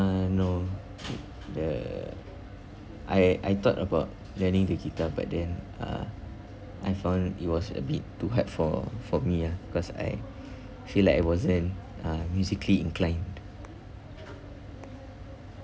uh no the I I thought about learning the guitar but then uh I found it was a bit too hard for for me ah because I feel like I wasn't uh musically inclined